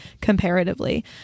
comparatively